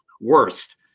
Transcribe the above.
worst